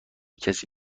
کسی